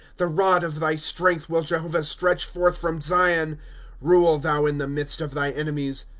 the rod of thy strength will jehovah stretch forth from zion rule thou in the midst of thy enemies.